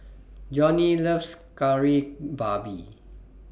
Johnie loves Kari Babi